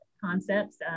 concepts